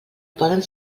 poden